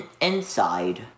Inside